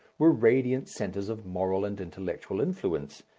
were radiant centres of moral and intellectual influence,